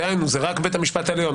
דהיינו זה רק בית המשפט העליון,